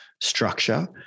structure